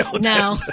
No